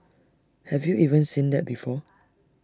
have you even seen that before